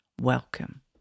Welcome